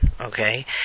Okay